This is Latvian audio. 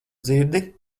dzirdi